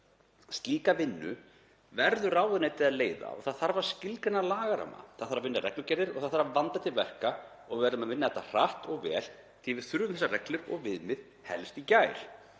Slíka vinnu verður ráðuneytið að leiða og það þarf að skilgreina lagaramma. Það þarf að vinna reglugerðir og það þarf að vanda til verka og við verðum að vinna þetta hratt og vel því að við þurfum þessar reglur og viðmið helst í gær.